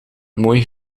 mooi